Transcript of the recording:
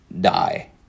die